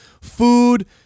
food